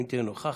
אם תהיה נוכחת.